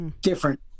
different